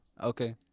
okay